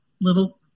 little